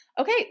Okay